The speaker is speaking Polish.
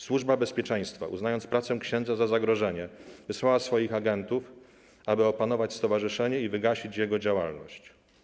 Służba Bezpieczeństwa, uznając pracę księdza za zagrożenie, wysłała swoich agentów, aby opanować stowarzyszenie i wygasić jego działalność.